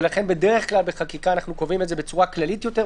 ולכן בדרך כלל בחקיקה אנחנו קובעים את זה בצורה כללית יותר,